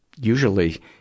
usually